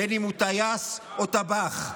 בין שהוא טייס ובין שהוא טבח.